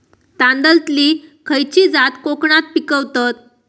तांदलतली खयची जात कोकणात पिकवतत?